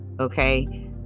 Okay